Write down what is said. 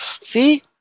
See